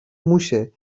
موشه